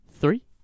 three